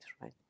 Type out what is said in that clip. right